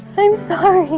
i'm sorry.